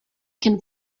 can